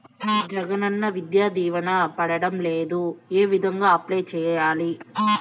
జగనన్న విద్యా దీవెన పడడం లేదు ఏ విధంగా అప్లై సేయాలి